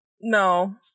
No